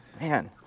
Man